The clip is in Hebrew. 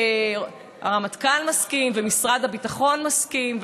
שהרמטכ"ל מסכים ומשרד הביטחון מסכים,